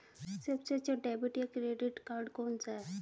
सबसे अच्छा डेबिट या क्रेडिट कार्ड कौन सा है?